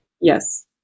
Yes